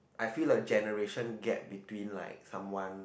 I feel like generation gap between like someone